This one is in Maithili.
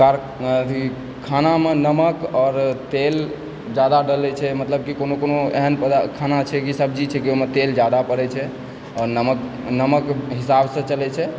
खानामे नमक आओर तेल जादा डलय छै मतलब की कोनो कोनो एहन खाना छै कि सब्जी छै कि ओहिमे तेल जादा पड़य छै आओर नमक हिसाबसँ चलय छै